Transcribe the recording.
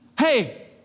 hey